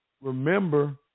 remember